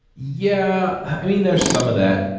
yeah. i mean, there are some of that.